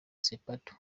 sepetu